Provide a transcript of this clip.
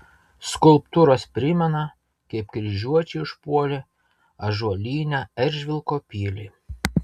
skulptūros primena kaip kryžiuočiai užpuolė ąžuolinę eržvilko pilį